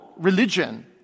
religion